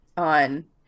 On